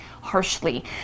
harshly